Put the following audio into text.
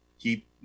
keep